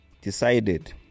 decided